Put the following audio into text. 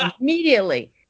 Immediately